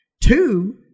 Two